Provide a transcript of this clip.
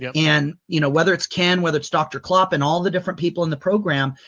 yeah and you know whether it's ken, whether it's doctor klop, and all the different people in the program,